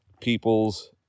people's